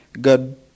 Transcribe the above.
God